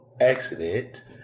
accident